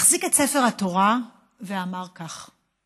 החזיק את ספר התורה ואמר כך: